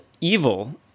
evil